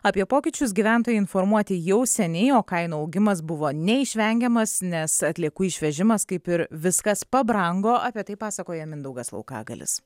apie pokyčius gyventojai informuoti jau seniai o kainų augimas buvo neišvengiamas nes atliekų išvežimas kaip ir viskas pabrango apie tai pasakoja mindaugas laukagalis